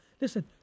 Listen